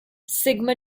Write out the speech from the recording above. sigma